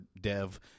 Dev